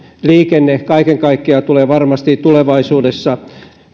liikenne kaiken kaikkiaan tulee varmasti tulevaisuudessa